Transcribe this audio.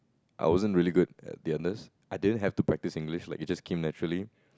I wasn't really good at the others I didn't have to practise English like it just came naturally